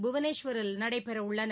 புவனேஷ்வரில் நடைபெறவுள்ளன